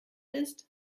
ist